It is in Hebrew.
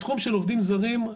התחום של עובדים זרים,